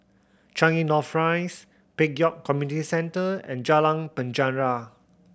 Changi North Rise Pek Kio Community Centre and Jalan Penjara